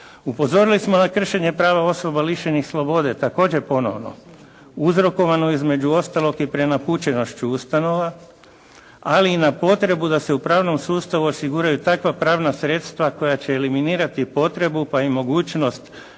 Upozorili smo na kršenje prava osoba lišenih slobode, također ponovno, uzrokovano između ostalog i prenapučenošću ustanova, ali i na potrebu da se u pravnom sustavu osiguraju takva pravna sredstva koja će eliminirati potrebu pa i mogućnost